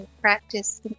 practice